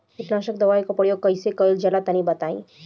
कीटनाशक दवाओं का प्रयोग कईसे कइल जा ला तनि बताई?